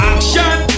Action